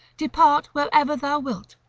depart wherever thou wilt,